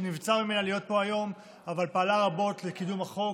שנבצר ממנה להיות פה היום אבל היא פעלה רבות לקידום החוק,